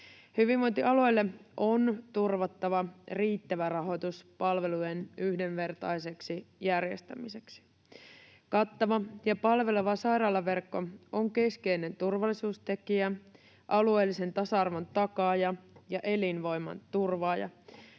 Hyvinvointialueille on turvattava riittävä rahoitus palvelujen yhdenvertaiseksi järjestämiseksi. Kattava ja palveleva sairaalaverkko on keskeinen turvallisuustekijä, alueellisen tasa-arvon takaaja ja elinvoiman turvaaja.